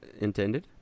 intended